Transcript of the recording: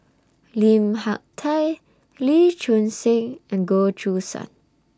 Lim Hak Tai Lee Choon Seng and Goh Choo San